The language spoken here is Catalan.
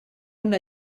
una